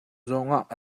zongah